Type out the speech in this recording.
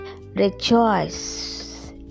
rejoice